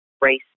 race